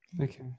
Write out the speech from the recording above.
okay